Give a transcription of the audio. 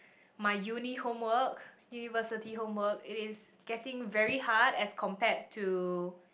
my uni~ homework university homework it is getting very hard as compared to